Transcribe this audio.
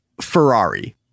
Ferrari